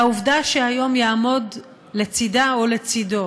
והעובדה שהיום יעמוד לצדה או לצדו